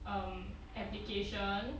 um application